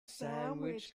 sandwich